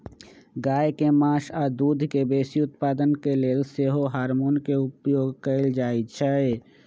गाय के मास आऽ दूध के बेशी उत्पादन के लेल सेहो हार्मोन के उपयोग कएल जाइ छइ